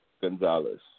Gonzalez